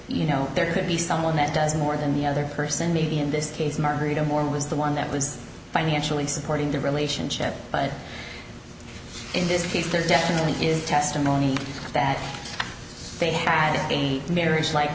you know there could be someone that does more than the other person maybe in this case margarito more was the one that was financially supporting the relationship but in this case there definitely is testimony that they had a marriage like